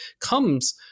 comes